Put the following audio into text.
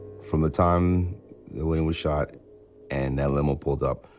from the time that william was shot and that limo pulled up,